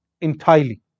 entirely